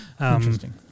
Interesting